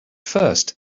first